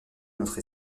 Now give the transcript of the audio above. notre